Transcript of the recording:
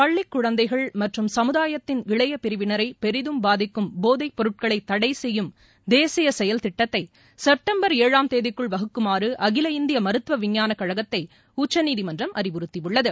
பள்ளிக் குழந்தைகள் மற்றும் சமுதாயத்தின் இளைய பிரிவினரை பெரிதும் பாதிக்கும் போதைப் பொருட்களை தடை செய்யும் தேசிய செயல் திட்டத்தை செட்டம்பர் ஏழாம் தேதிக்குள் வகுக்குமாறு அதில இந்திய மருத்துவ விஞ்ஞான கழகத்தை உச்சநீதிமன்றம் அறிவுறுத்தியுள்ளது